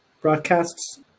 broadcasts